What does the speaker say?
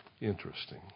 Interesting